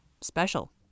special